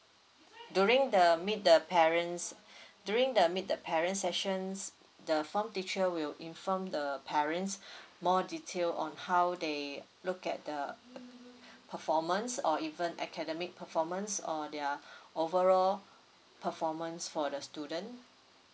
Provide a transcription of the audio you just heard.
during the meet the parents during the meet the parents sessions the form teacher will inform the parents more detail on how they look at the uh performance or even academic performance or their overall performance for the student